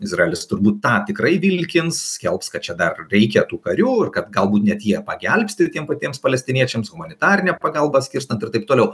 izraelis turbūt tą tikrai vilkins skelbs kad čia dar reikia tų karių ir kad galbūt net jie pagelbsti tiem patiems palestiniečiams humanitarinę pagalbą skirstant ir taip toliau